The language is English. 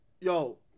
yo